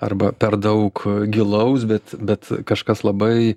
arba per daug gilaus bet bet kažkas labai